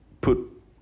put